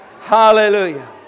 Hallelujah